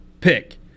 pick